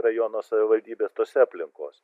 rajono savivaldybės tose aplinkose